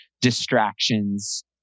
distractions